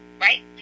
right